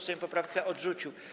Sejm poprawkę odrzucił.